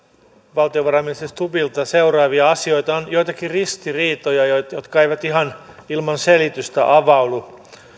valtiovarainministeri stubbilta seuraavia asioita on joitakin ristiriitoja jotka jotka eivät ihan ilman selitystä avaudu